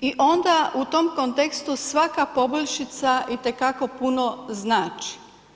i onda u tom kontekstu svaka poboljšica itekako puno znači.